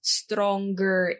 stronger